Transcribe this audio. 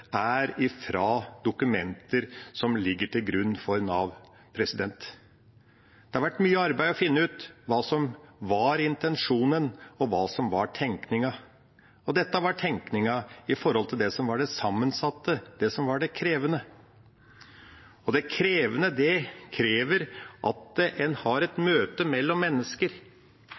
er fra dokumenter som ligger til grunn for Nav. Det har vært mye arbeid å finne ut hva som var intensjonen og tenkningen bak. Dette var tenkningen med tanke på det som var det sammensatte, det som var det krevende. Det krevende krever at en har et møte mellom mennesker